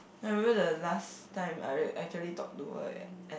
then I remember the last time I r~ actually talk to her at at